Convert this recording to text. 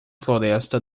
floresta